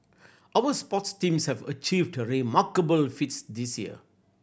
our sports teams have achieved remarkable feats this year